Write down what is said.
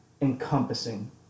encompassing